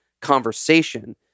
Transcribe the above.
conversation